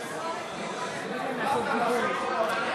אנחנו עושים את ההצבעה,